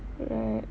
right